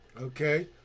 okay